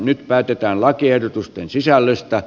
nyt päätetään lakiehdotusten sisällöstä